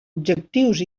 objectius